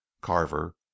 carver